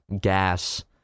gas